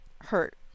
hurt